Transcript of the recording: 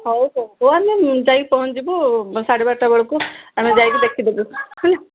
ହଉ ହଉ ହଉ ଆମେ ଯାଇକି ପହଞ୍ଚଯିବୁ ସାଢ଼େ ବାରଟା ବେଳକୁ ଆମେ ଯାଇକି ଦେଖିଦେବୁ ହେଲା